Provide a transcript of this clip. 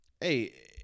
hey